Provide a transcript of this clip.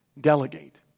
delegate